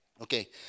Okay